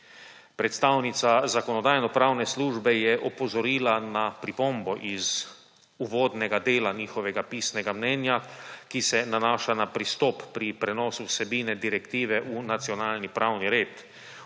Predstavnica Zakonodajno-pravne službe je opozorila na pripombo iz uvodnega dela njihovega pisnega mnenja, ki se nanaša na pristop pri prenosu vsebine direktive v nacionalni pravni red.